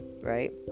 right